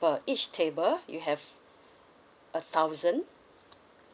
per each table you have a thousand